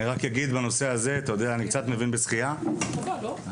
אני קצת מבין בשחייה ואני רק אגיד בנושא הזה,